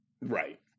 Right